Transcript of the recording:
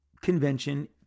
convention